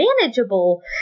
manageable